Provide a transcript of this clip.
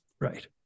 Right